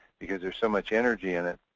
because there's so much energy in it.